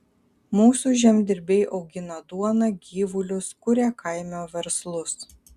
mūsų žemdirbiai augina duoną gyvulius kuria kaimo verslus